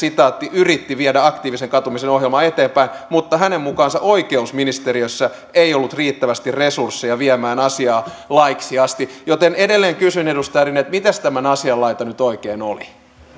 yritti viedä aktiivisen katumisen ohjelmaa eteenpäin mutta hänen mukaansa oikeusministeriössä ei ollut riittävästi resursseja viemään asiaa laiksi asti joten edelleen kysyn edustaja rinne että mites tämän asian laita nyt oikein oli